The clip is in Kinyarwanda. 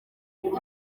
ibintu